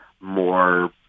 more